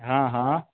हँ हँ